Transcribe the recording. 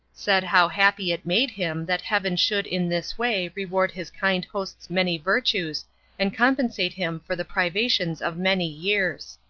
said how happy it made him that heaven should in this way reward his kind host's many virtues and compensate him for the privations of many years.